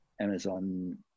Amazon